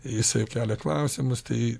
jisai kelia klausimus tai